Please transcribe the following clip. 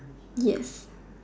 yes